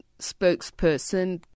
spokesperson